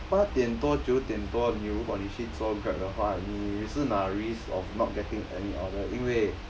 八点多九点多你如果你去做 Grab 的话你也是拿 risk of not getting any order 因为